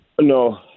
No